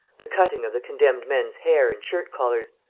the cutting of the condemned men's hair and shirt-collars,